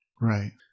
Right